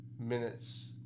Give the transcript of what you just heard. minutes